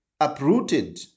uprooted